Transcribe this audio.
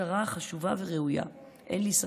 מטרה חשובה וראויה, אין לי ספק.